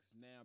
now